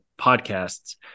podcasts